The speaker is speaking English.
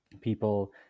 people